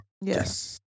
Yes